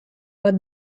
bat